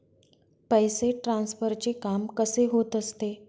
पैसे ट्रान्सफरचे काम कसे होत असते?